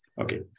Okay